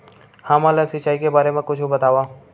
हमन ला सिंचाई के बारे मा कुछु बतावव?